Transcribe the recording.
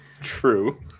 true